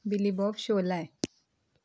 Billy Bob show लाय